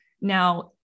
Now